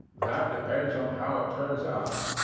that depends on how it turns out.